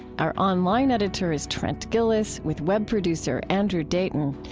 our online editor is trent gilliss, with web producer andrew dayton.